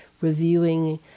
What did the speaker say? reviewing